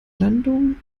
landung